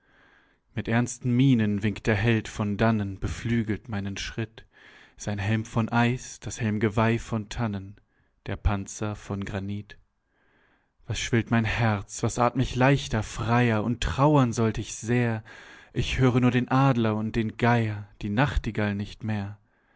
mit ernsten mienen winkt der held von dannen beflügelt meinen schritt sein helm von eis das helmgeweih von tannen der panzer von granit was schwillt mein herz was athm ich leichter freier und trauern sollt ich sehr ich höre nur den adler und den geier die nachtigall nicht mehr